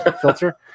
filter